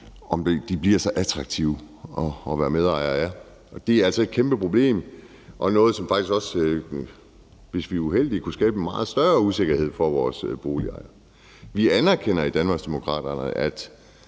ikke at være attraktive at være medejere af. Det er altså et kæmpe problem og noget, som faktisk også, hvis vi er uheldige, kunne skabe en meget større usikkerhed for vores boligejere. Vi anerkender i Danmarksdemokraterne, at